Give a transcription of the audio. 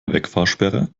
wegfahrsperre